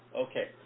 Okay